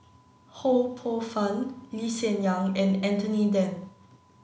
Ho Poh Fun Lee Hsien Yang and Anthony Then